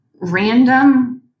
random